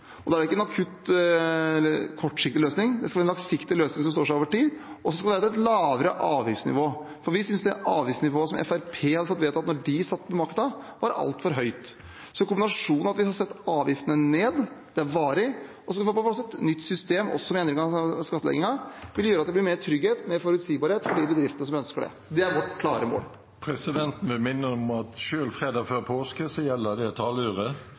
Da er det ikke en akutt eller kortsiktig løsning. Det skal være en langsiktig løsning som står seg over tid, og det skal være et lavere avgiftsnivå. For vi synes det avgiftsnivået som Fremskrittspartiet fikk vedtatt da de satt med makta, var altfor høyt. Kombinasjonen av at vi skal sette avgiftene ned – det er varig – og at vi skal få på plass et nytt system, også med endring av skattleggingen, vil gjøre at det blir mer trygghet og mer forutsigbarhet for de bedriftene som ønsker det. Det er vårt klare mål. Presidenten vil minne om at selv fredag før påske gjelder det